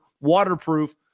waterproof